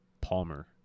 Palmer